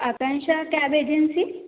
Akansha cab agency